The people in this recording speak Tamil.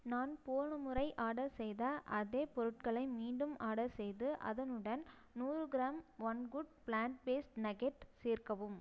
நான் போன முறை ஆடர் செய்த அதே பொருட்களை மீண்டும் ஆடர் செய்து அதனுடன் நூறு gram one good plant based nugget சேர்க்கவும்